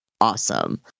awesome